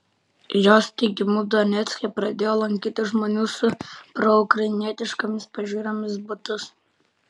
jos teigimu donecke pradėjo lankyti žmonių su proukrainietiškomis pažiūromis butus